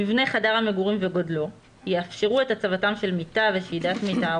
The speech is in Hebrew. מבנה חדר המגורים וגודלו יאפשרו את הצבתם של מיטה ושידת מיטה,